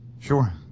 Sure